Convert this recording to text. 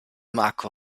marco